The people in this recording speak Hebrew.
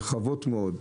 רחבות מאוד,